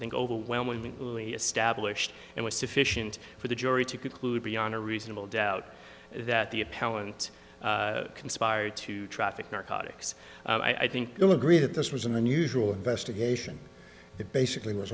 think overwhelmingly established and was sufficient for the jury to conclude beyond a reasonable doubt that the appellant conspired to traffic narcotics and i think you'll agree that this was an unusual investigation that basically was